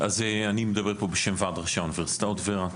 אני מדבר פה בשם ועד ראשי האוניברסיטאות, ור"ה.